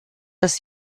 das